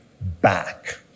back